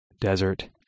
desert